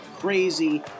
crazy